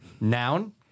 Noun